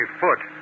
foot